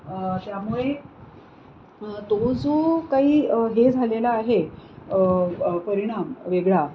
त्यामुळे तो जो काही हे झालेला आहे परिणाम वेगळा